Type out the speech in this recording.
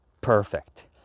perfect